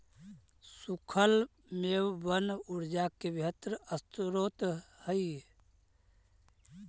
सूखल मेवबन ऊर्जा के बेहतर स्रोत हई